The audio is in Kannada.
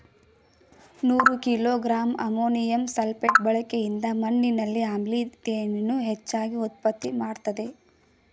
ನೂರು ಕಿಲೋ ಗ್ರಾಂ ಅಮೋನಿಯಂ ಸಲ್ಫೇಟ್ ಬಳಕೆಯಿಂದ ಮಣ್ಣಿನಲ್ಲಿ ಆಮ್ಲೀಯತೆಯನ್ನು ಹೆಚ್ಚಾಗಿ ಉತ್ಪತ್ತಿ ಮಾಡ್ತದೇ